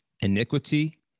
iniquity